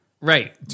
right